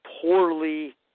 poorly